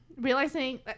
realizing